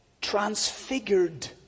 transfigured